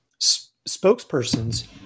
spokespersons